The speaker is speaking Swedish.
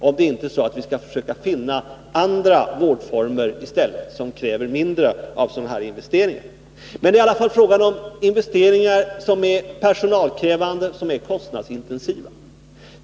Är det inte så, att vi skall försöka finna andra vårdformer som kräver mindre av sådana här investeringar? Men det är i alla fall fråga om investeringar som är personalkrävande och kostnadsintensiva.